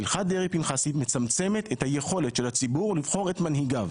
הלכת דרעי-פנחסי מצמצמת את היכולת של הציבור לבחור את מנהיגיו